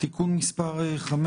(תיקון מס' 5),